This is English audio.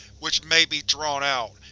which may be drawn out,